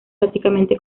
básicamente